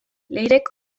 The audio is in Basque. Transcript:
leirek